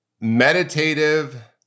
meditative